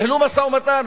ניהלו משא-ומתן,